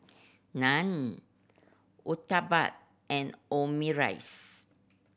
Naan Uthapam and Omurice